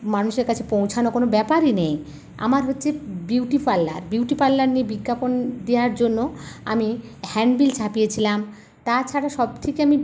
মানুষের কাছে পৌঁছানো কোনো ব্যাপারই নেই আমার হচ্ছে বিউটি পার্লার বিউটি পার্লার নিয়ে বিজ্ঞাপন দেওয়ার জন্য আমি হ্যান্ডবিল ছাপিয়েছিলাম তাছাড়া সবথেকে আমি